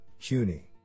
CUNY